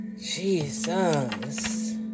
Jesus